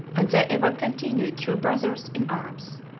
and they ever continued true brothers in arms.